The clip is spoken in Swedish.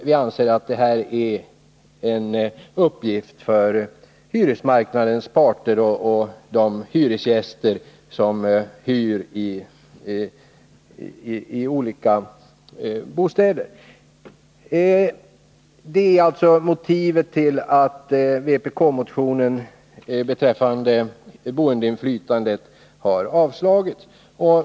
Vi anser att det är hyresmarknadens parter som skall komma överens om åtgärder för att öka boendeinflytandet. Det är alltså motivet till att vpk-motionen beträffande boendeinflytandet har avstyrkts.